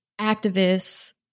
activists –